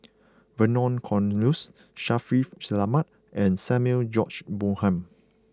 Vernon Cornelius Shaffiq Selamat and Samuel George Bonham